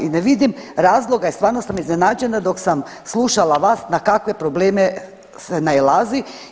I ne vidim razloga i stvarno sam iznenađena dok sam slušala vas na kakve probleme se nailazi.